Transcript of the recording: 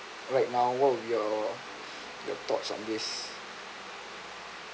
right now what would be your thoughts on this